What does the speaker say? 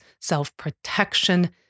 self-protection